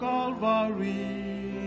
Calvary